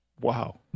wow